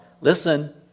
Listen